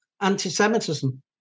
anti-semitism